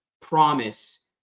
promise